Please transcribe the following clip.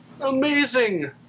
Amazing